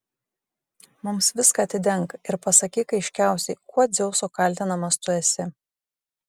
mums viską atidenk ir pasakyk aiškiausiai kuo dzeuso kaltinamas tu esi